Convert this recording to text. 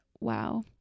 wow